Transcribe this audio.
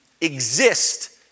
exist